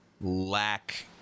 lack